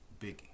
Biggie